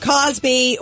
Cosby